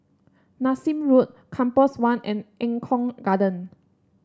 Nassim Road Compass One and Eng Kong Garden